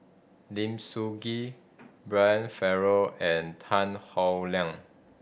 Lim Sun Gee Brian Farrell and Tan Howe Liang